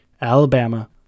Alabama